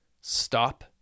stop